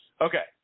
okay